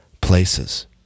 places